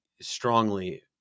strongly